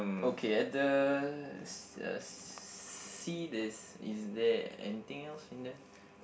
okay at the sea there's is there anything else in there